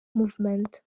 movement